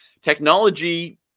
Technology